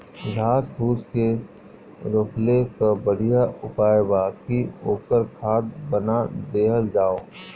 घास फूस के रोकले कअ बढ़िया उपाय बा कि ओकर खाद बना देहल जाओ